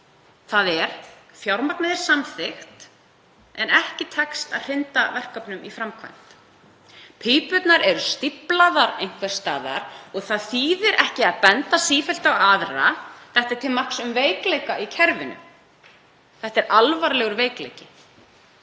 þ.e. fjármagnið er samþykkt en ekki tekst að hrinda verkefnum í framkvæmd. Pípurnar eru stíflaðar einhvers staðar og það þýðir ekki að benda sífellt á aðra. Þetta er til marks um veikleika í kerfinu og það er alvarlegur veikleiki.